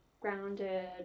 grounded